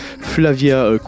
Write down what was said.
Flavia